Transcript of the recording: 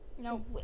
No